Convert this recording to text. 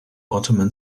ottoman